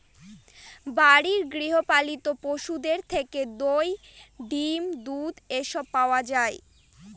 বাড়ির গৃহ পালিত পশুদের থেকে দই, ডিম, দুধ এসব পাওয়া যায়